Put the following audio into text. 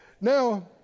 Now